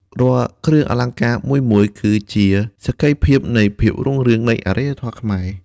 រាល់គ្រឿងអលង្ការមួយៗ គឺជាសក្ខីភាពនៃភាពរុងរឿងនៃអរិយធម៌ខ្មែរ។